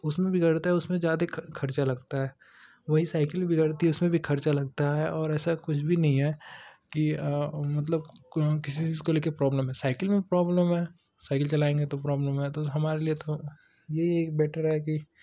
उसमें बिगड़ता है उसमें जादे खर्चा होता है वही साइकिल बिगड़ती है उसमें भी खर्चा लगता है और ऐसा कुछ भी नहीं है की मतलब किसी चीज को लेकर प्रॉब्लम है साइकिल में भी प्रॉब्लम है साइकिल चलायेंग तो प्रॉब्लम है हमारे लिये तो यही एक बेटर है कि